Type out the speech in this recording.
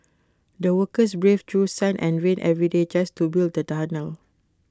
the workers braved through sun and rain every day just to build the tunnel